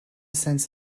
sense